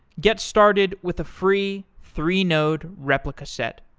get started with a free three-node replica set,